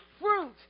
fruit